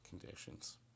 conditions